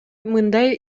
мындай